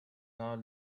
not